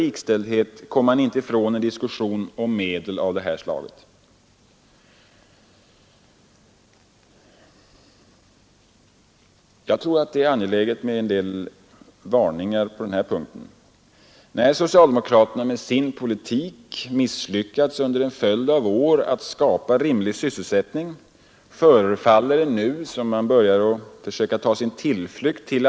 Då blir det mindre anledning för AMS att komma in i efterhand och försöka ordna beredskapsarbeten eller att hålla på med annan selektiv ekonomisk politik — punktinsatser — som det behövs många tjänstemän för att sköta på ett rimligt sätt.